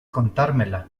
contármela